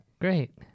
Great